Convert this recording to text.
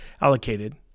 allocated